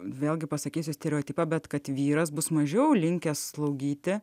vėlgi pasakysiu stereotipą bet kad vyras bus mažiau linkęs slaugyti